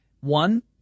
one